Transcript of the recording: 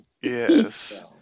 Yes